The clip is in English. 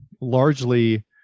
largely